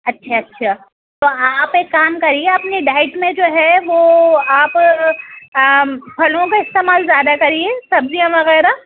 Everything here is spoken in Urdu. اچھا اچھا تو آپ ایک کام کر یے اپنے ڈائٹ میں جو ہے وہ آپ پھلوں کا استعمال زیادہ کریے سبزیاں وغیرہ